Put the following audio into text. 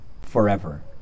forever